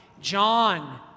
John